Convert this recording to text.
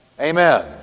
Amen